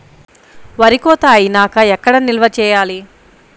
వరి కోత అయినాక ఎక్కడ నిల్వ చేయాలి?